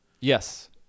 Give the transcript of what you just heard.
Yes